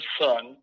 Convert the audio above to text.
son